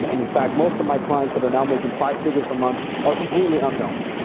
and in fact, most of my clients that are now making five figures a month are completely unknowns,